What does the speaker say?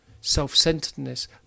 self-centeredness